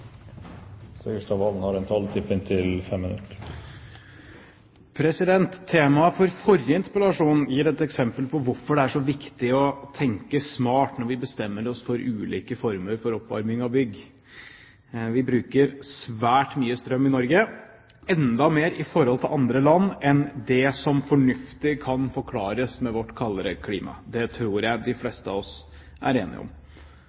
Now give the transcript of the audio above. så viktig å tenke smart når vi bestemmer oss for ulike former for oppvarming av bygg. Vi bruker svært mye strøm i Norge i forhold til andre land – enda mer enn det som fornuftig kan forklares med vårt kalde klima. Det tror jeg de fleste av oss er enige om.